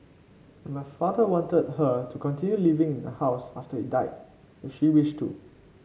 and my father wanted her to continue living in the house after he died if she wished to